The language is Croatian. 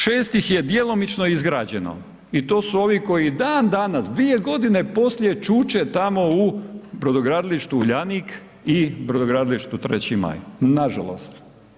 6 ih je djelomično izgrađeno i to su ovi koji i dan danas dvije godine poslije čuče tamo u Brodogradilištu Uljanik i Brodogradilištu 3. maj, nažalost.